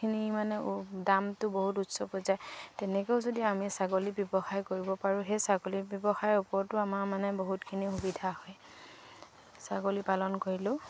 খিনি মানে দামটো বহুত উৎস পৰ্যায় তেনেকৈও যদি আমি ছাগলী ব্যৱসায় কৰিব পাৰোঁ সেই ছাগলী ব্যৱসায়ৰ ওপৰতো আমাৰ মানে বহুতখিনি সুবিধা হয় ছাগলী পালন কৰিলেও